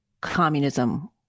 communism